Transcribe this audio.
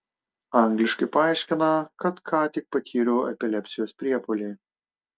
angliškai paaiškina kad ką tik patyriau epilepsijos priepuolį